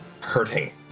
hurting